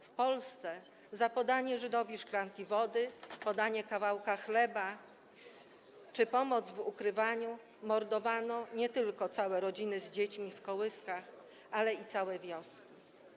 W Polsce za podanie Żydowi szklanki wody, podanie kawałka chleba czy pomoc w ukrywaniu mordowano nie tylko całe rodziny z dziećmi w kołyskach, ale i całe wioski.